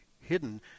hidden